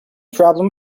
problem